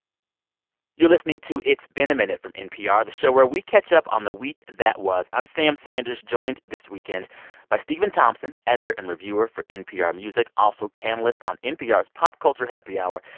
you're listening to it's been a minute from npr, the show where we catch up on the week that was. i'm sam sanders, joined this weekend by stephen thompson, editor and reviewer for npr music, also panelist on npr's pop culture happy hour,